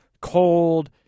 cold